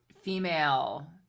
Female